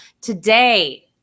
today